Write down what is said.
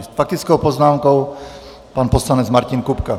S faktickou poznámkou pan poslanec Martin Kupka.